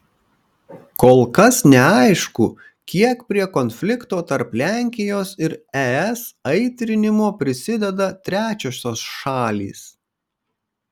kol kas neaišku kiek prie konflikto tarp lenkijos ir es aitrinimo prisideda trečiosios šalys